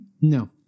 No